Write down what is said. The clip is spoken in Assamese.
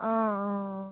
অঁ অঁ